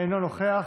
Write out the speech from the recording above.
אינו נוכח.